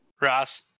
Ross